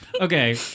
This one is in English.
Okay